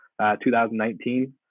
2019